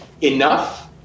enough